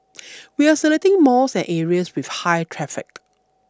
we are selecting malls and areas with high traffic